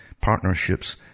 Partnerships